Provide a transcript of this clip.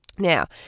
Now